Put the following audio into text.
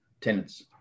tenants